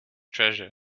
treasure